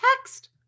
text